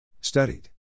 Studied